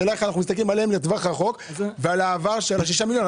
השאלה איך אנחנו מסתכלים על העבר של השישה מיליון.